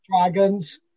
Dragons